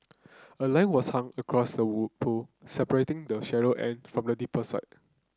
a line was hung across the pool separating the shallow end from the deeper side